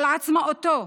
על עצמאותו,